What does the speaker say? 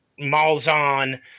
Malzahn